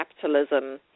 capitalism